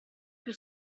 più